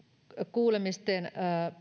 kuulemisten